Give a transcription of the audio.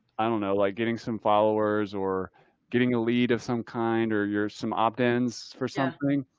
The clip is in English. i don't know, like getting some followers or getting a lead of some kind or your some opt-ins for something.